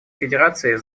федерации